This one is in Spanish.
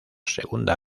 segunda